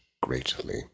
greatly